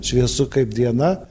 šviesu kaip diena